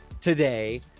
today